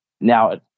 Now